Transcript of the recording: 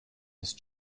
ist